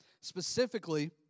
Specifically